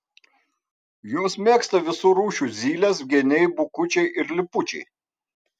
juos mėgsta visų rūšių zylės geniai bukučiai ir lipučiai